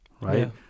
right